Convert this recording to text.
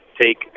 take